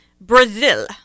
Brazil